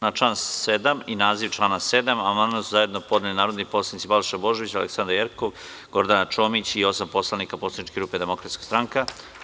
Na naziv člana 7. i član 7. amandman su zajedno podneli narodni poslanici Balša Božović, Aleksandra Jerkov, Gordana Čomić i osam poslanika poslaničke grupe Demokratska stranka.